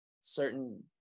certain